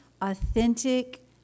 authentic